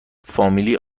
فامیلی